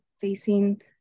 facing